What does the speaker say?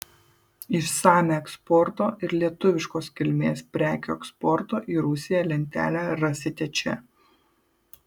išsamią eksporto ir lietuviškos kilmės prekių eksporto į rusiją lentelę rasite čia